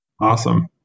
Awesome